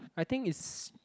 I think is